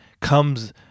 comes